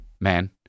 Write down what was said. man